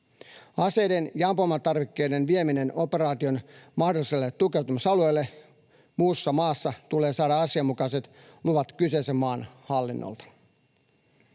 Aseiden ja ampumatarvikkeiden viemiselle operaation mahdolliselle tukeutumisalueelle muussa maassa tulee saada asianmukaiset luvat kyseisen maan hallinnolta.